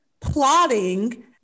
plotting